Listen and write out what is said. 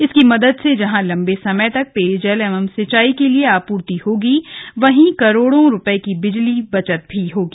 इसकी मदद से जहां लम्बे समय तक पेयजल एवं सिंचाई के लिए जल की आपूर्ति होगी वहीं करोड़ों रूपये की बिजली बचत भी होगी